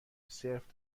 صرف